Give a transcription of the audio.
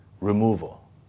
removal